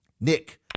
Nick